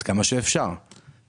אני מבין